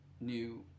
new